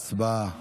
הצבעה.